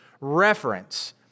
reference